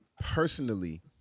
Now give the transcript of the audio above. personally